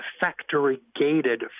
factory-gated